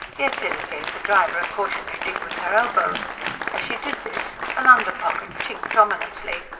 here tilly gave the driver a cautionary dig with her elbow as she did this, an under-pocket chinked ominously.